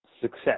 success